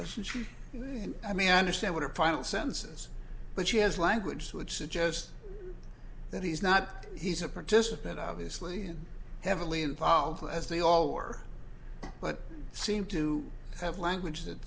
and i mean i understand what her final sentences but she has language which suggests that he's not he's a participant obviously heavily involved as they all or but seem to have language that